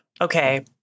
okay